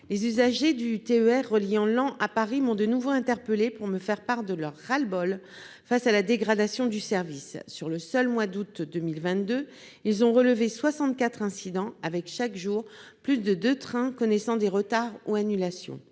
régional (TER) reliant Laon à Paris m'ont de nouveau interpellée pour me faire part de leur ras-le-bol face à la dégradation du service : sur le seul mois d'août 2022, ils ont relevé soixante-quatre incidents avec, chaque jour, plus de deux trains connaissant des retards ou des annulations.